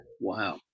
Wow